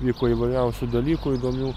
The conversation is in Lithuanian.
vyko įvairiausių dalykų įdomių